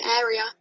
area